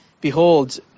Behold